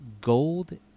gold